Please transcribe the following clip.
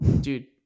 Dude